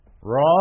Raw